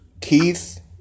Keith